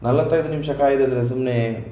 ನಲ್ವತ್ತೈದು ನಿಮಿಷ ಕಾಯುವುದಂದ್ರೆ ಸುಮ್ಮನೆಯೇ